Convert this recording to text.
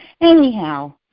anyhow